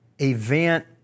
event